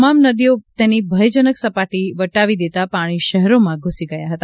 તમામ નદીઓ તેની ભયજનક સપાટી વટાવી દેતા પાણી શહેરોમાં ઘુસી ગયા હતા